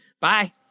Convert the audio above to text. Bye